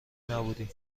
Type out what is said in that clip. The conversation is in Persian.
نبودی